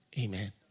Amen